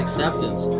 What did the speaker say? Acceptance